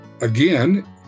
Again